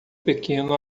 pequeno